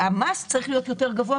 המס צריך להיות גבוה יותר,